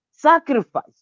Sacrifice